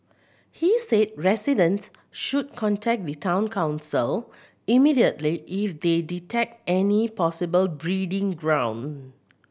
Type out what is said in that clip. he said residents should contact the Town Council immediately if they detect any possible breeding ground